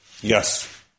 Yes